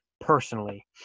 personally